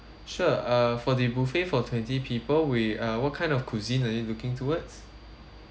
sure uh for the buffet for twenty people we uh what kind of cuisine are you looking towards